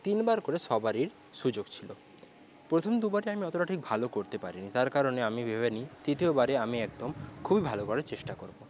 তিনবার করে সবারই সুযোগ ছিলো প্রথম দুবারে আমি অতোটা ঠিক ভালো করতে পারিনি তার কারণে আমি ভেবে নিই তৃতীয়বারে আমি একদম খুবই ভালো করে চেষ্টা করবো